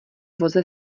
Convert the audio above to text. voze